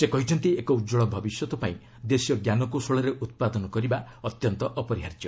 ସେ କହିଛନ୍ତି ଏକ ଉଜ୍ୱଳ ଭବିଷ୍ୟତ ପାଇଁ ଦେଶୀୟ ଜ୍ଞାନ କୌଶଳରେ ଉତ୍ପାଦନ କରିବା ଅତ୍ୟନ୍ତ ଅପରିହାର୍ଯ୍ୟ